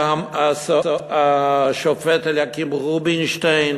שהשופט אליקים רובינשטיין